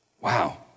Wow